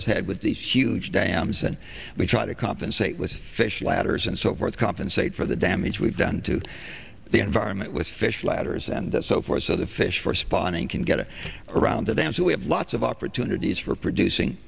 has had with these huge dams and we try to compensate with fish ladders and so forth compensate for the damage we've done to the environment with fish ladders and so forth so the fish for spawning can get around that and so we have lots of opportunities for producing